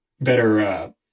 better